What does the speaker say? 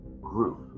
group